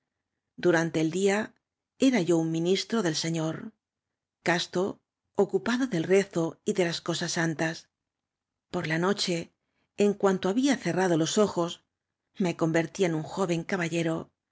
durante el dia era yo un m i nistro del señor casto ocupado del rezo y de las cosas santas por la noche en cnanto había ce rrado los ojos me convertía en un jo